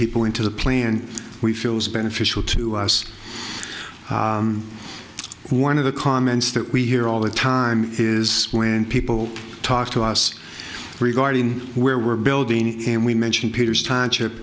people to the plan we feel is beneficial to us one of the comments that we hear all the time is when people talk to us regarding where we're building and we mention peter's time